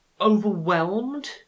overwhelmed